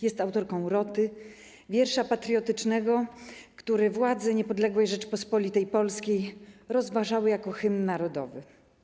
Jest autorką „Roty”, wiersza patriotycznego, który władze niepodległej Rzeczypospolitej Polskiej rozważały jako hymn narodowy.